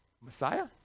Messiah